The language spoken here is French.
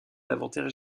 l’inventaire